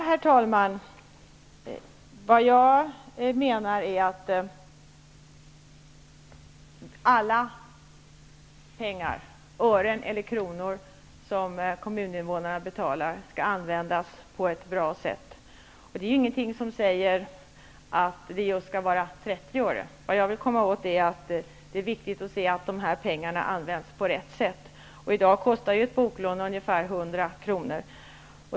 Herr talman! Vad jag menar är att alla pengar, ören eller kronor som kommuninvånarna betalar skall användas på ett bra sätt. Det är ingenting som säger att det skall vara just 30 öre. Vad jag vill komma åt är att det är viktigt att se att dessa pengar används på rätt sätt. I dag kostar ett boklån ungefär 100 kr.